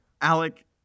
Alec